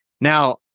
Now